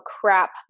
crap